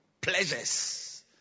pleasures